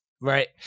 Right